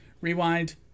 rewind